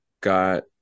got